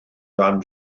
gan